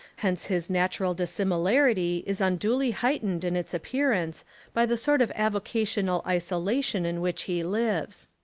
hence his natural dissimilarity is unduly heightened in its appearance by the sort of avocational iso lation in which he lives.